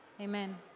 Amen